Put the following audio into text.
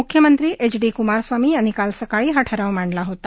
मुख्यमंत्री H D Kumaraswamy यांनी काल सकाळी हा ठराव मांडला होता